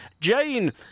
Jane